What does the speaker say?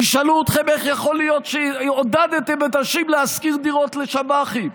וישאלו אתכם איך יכול להיות שעודדתם אנשים להשכיר דירות לשב"חים,